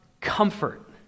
comfort